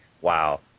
Wow